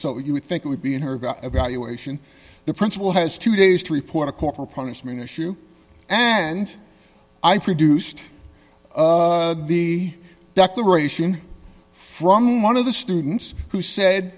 so you would think it would be in her evaluation the principal has two days to report a corporal punishment issue and i produced the declaration from one of the students who said